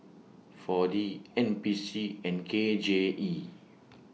four D N P C and K J E